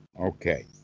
Okay